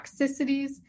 toxicities